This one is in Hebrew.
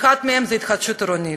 ואחת מהן היא התחדשות עירונית,